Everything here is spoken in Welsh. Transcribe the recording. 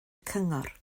cyngor